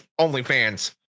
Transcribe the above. OnlyFans